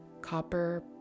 copper